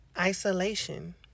isolation